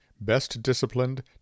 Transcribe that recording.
best-disciplined